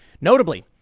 Notably